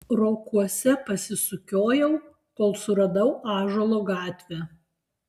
rokuose pasisukiojau kol suradau ąžuolo gatvę